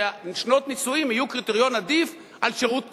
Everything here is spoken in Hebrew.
ששנות הנישואים יהיו קריטריון עדיף על שירות צבאי.